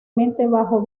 vespasiano